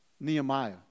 Nehemiah